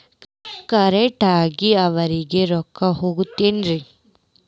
Correct ಆಗಿ ಅವರಿಗೆ ರೊಕ್ಕ ಹೋಗ್ತಾವೇನ್ರಿ?